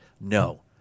No